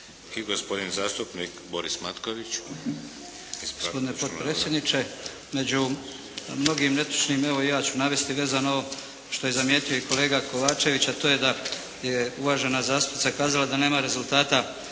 navoda. **Matković, Borislav (HDZ)** Gospodine potpredsjedniče. Među mnogim netočnim, evo i ja ću navesti vezano ov što je zamijetio i kolega Kovačević, a to je da je uvažena zastupnica kazala da nema rezultata